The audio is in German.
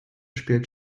spielt